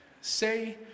say